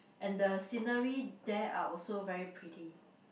and the scenery there are also very pretty